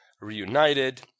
reunited